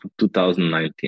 2019